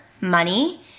money